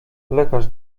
lekarz